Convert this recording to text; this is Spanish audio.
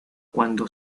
cuando